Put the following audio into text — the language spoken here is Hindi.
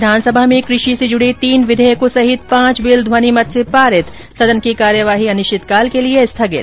विधानसभा में कृषि से जुड़े तीन विधेयकों सहित पांच बिल ध्वनिमत से पारित सदन की कार्यवाही अनिश्चित काल के लिए स्थगित